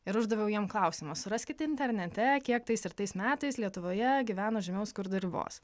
ir uždaviau jiem klausimą suraskite internete kiek tais ir tais metais lietuvoje gyveno žemiau skurdo ribos